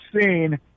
seen